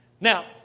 Now